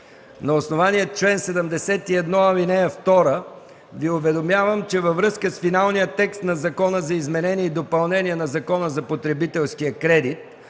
На основание чл. 71, ал. 2 Ви уведомявам, че във връзка с финалния текст на Закона за изменение и допълнение на Закона за потребителския кредит,